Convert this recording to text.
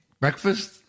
Breakfast